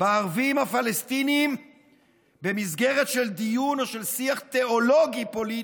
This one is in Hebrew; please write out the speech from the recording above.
בערבים הפלסטינים במסגרת של דיון או של שיח תיאולוגי פוליטי,